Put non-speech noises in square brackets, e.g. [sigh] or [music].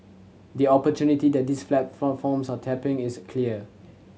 the opportunity that these [unintelligible] are tapping is clear